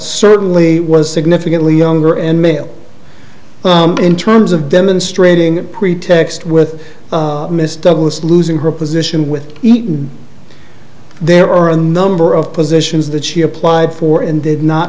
certainly was significantly younger and male in terms of demonstrating a pretext with mr douglas losing her position with eaton there are a number of positions that she applied for and did not